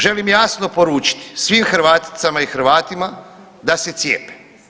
Žalim jasno poručiti svim Hrvaticama i Hrvatima da se cijepe.